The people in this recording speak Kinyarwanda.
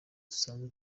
dusanzwe